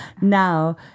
Now